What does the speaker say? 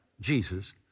Jesus